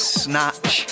snatch